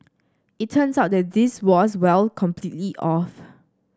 it turns out that this was well completely off